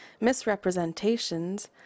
misrepresentations